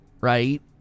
right